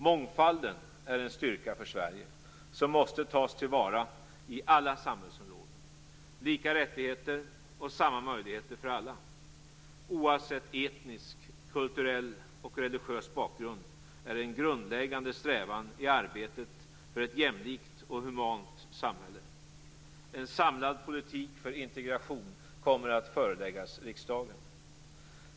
Mångfalden är en styrka för Sverige som måste tas till vara på alla samhällsområden. Lika rättigheter och samma möjligheter för alla - oavsett etnisk, kulturell och religiös bakgrund - är en grundläggande strävan i arbetet för ett jämlikt och humant samhälle. En samlad politik för integration kommer att föreläggas riksdagen.